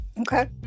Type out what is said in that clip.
Okay